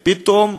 פתאום,